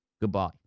Goodbye